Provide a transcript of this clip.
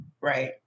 Right